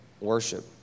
worship